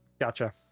Gotcha